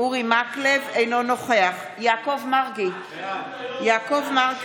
אינו נוכח יעקב מרגי, בעד